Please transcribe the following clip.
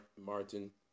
Martin